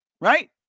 Right